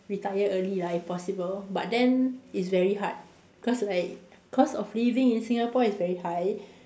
retire early lah if possible but then it's very hard cause like cost of living in Singapore is very high